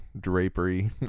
drapery